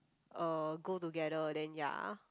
uh go together then ya